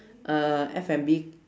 uh F&B